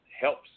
helps